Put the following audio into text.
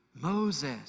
Moses